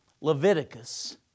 Leviticus